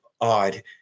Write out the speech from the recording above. odd